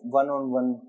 one-on-one